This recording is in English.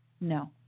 No